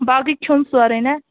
باقٕے کھیٚون سورُے نا